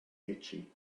itchy